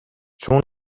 چون